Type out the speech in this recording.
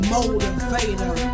Motivator